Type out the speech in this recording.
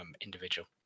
individual